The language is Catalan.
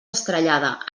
estrellada